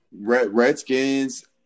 Redskins